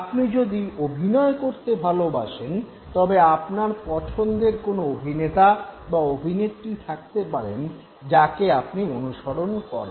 আপনি যদি অভিনয় করতে ভালোবাসেন তবে আপনার পছন্দের কোনো অভিনেতা বা অভিনেত্রী থাকতে পারেন যাকে আপনি অনুকরণ করেন